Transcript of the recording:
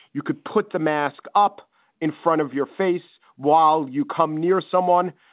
you could put the mask up in front of your face while you come near someone.